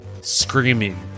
screaming